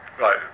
Right